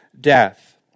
death